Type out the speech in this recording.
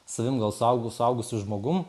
savim gal suaugu suaugusiu žmogumi